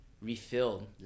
refilled